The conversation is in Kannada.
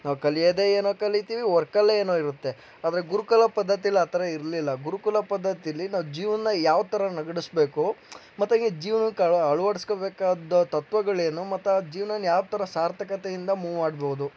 ನಾವು ಕಲಿಯೋದೇ ಏನೋ ಕಲಿತೀವಿ ವರ್ಕಲ್ಲೇ ಏನೋ ಇರುತ್ತೆ ಆದರೆ ಗುರುಕುಲ ಪದ್ದತಿಲಿ ಆ ಥರ ಇರಲಿಲ್ಲ ಗುರುಕುಲ ಪದ್ದತಿಲಿ ನಾವು ಜೀವನ ಯಾವ ಥರ ನಡ್ಸ್ಬೇಕು ಮತ್ತು ಈ ಜೀವನಕ್ಕೆ ಅಳ್ ಅಳ್ವಡ್ಸ್ಕೋಬೇಕಾದ ತತ್ವಗಳೇನು ಮತ್ತು ಆ ಜೀವ್ನನ ಯಾವ ಥರ ಸಾರ್ಥಕತೆಯಿಂದ ಮೂವ್ ಮಾಡ್ಬೌದು